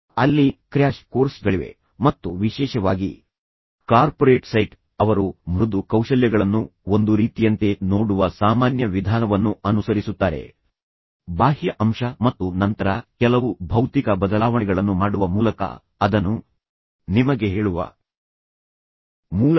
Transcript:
ಅಲ್ಲಿ ಕ್ರ್ಯಾಶ್ ಕೋರ್ಸ್ಗಳಿವೆ ಮತ್ತು ನಂತರ ವಿಶೇಷವಾಗಿ ಕಾರ್ಪೊರೇಟ್ ಸೈಟ್ ಅವರು ಮೃದು ಕೌಶಲ್ಯಗಳನ್ನು ಒಂದು ರೀತಿಯಂತೆ ನೋಡುವ ಸಾಮಾನ್ಯ ವಿಧಾನವನ್ನು ಅನುಸರಿಸುತ್ತಾರೆ ಬಾಹ್ಯ ಅಂಶ ಮತ್ತು ನಂತರ ಕೆಲವು ಭೌತಿಕ ಬದಲಾವಣೆಗಳನ್ನು ಮಾಡುವ ಮೂಲಕ ಅದನ್ನು ನಿಮಗೆ ಹೇಳುವ ಮೂಲಕ